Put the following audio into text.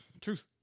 Truth